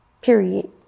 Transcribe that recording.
period